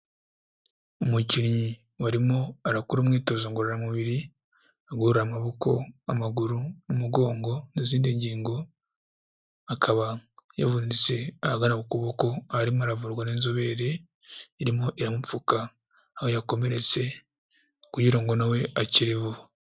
Umukinnyi warimo arakora umwitozo ngororamubiri agorora amaboko, amaguru, umugongo n'izindi ngingo, akaba yavunitse ahagana ku ukuboko, aho arimo aravurwa n'inzobere irimo iramupfuka aho yakomeretse kugira ngo nawe akire vuba.